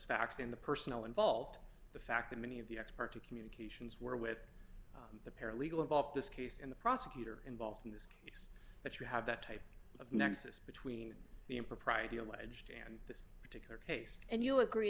facts in the personnel involved the fact that many of the expert to communications were with the paralegal involved this case and the prosecutor involved in this case but you have that type of nexus between the impropriety alleged in this particular case and you agree